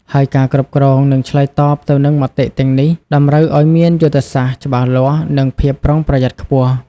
ហើយការគ្រប់គ្រង និងឆ្លើយតបទៅនឹងមតិទាំងនេះតម្រូវឱ្យមានយុទ្ធសាស្ត្រច្បាស់លាស់ និងភាពប្រុងប្រយ័ត្នខ្ពស់។